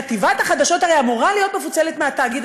חטיבת החדשות הרי אמורה להיות מפוצלת מהתאגיד,